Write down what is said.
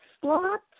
slot